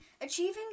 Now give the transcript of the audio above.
achieving